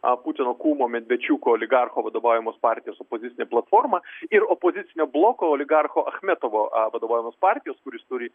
a putino kūmo medvėčiuko oligarchų vadovaujamos partijos opozicinė platforma ir opozicinio bloko oligarcho achmetovo vadovaujamos partijos kurios turi